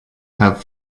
have